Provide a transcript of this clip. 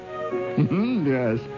Yes